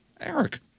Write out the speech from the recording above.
Eric